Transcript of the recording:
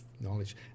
knowledge